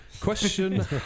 Question